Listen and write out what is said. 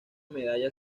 medalla